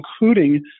including